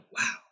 Wow